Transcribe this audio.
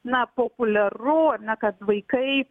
na populiaru kad vaikai